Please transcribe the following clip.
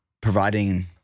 providing